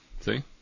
See